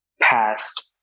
past